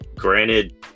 Granted